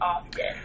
often